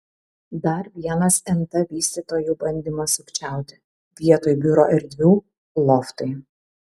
dar vienas nt vystytojų bandymas sukčiauti vietoj biuro erdvių loftai